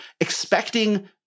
Expecting